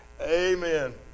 Amen